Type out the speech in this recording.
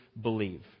believe